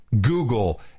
Google